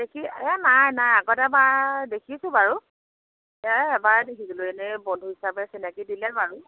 দেখি এই নাই নাই আগতে এবাৰ দেখিছোঁ বাৰু সেই এবাৰে দেখিছিলোঁ এনেই বন্ধু হিচাপে চিনাকী দিলে বাৰু